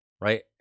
Right